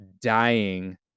dying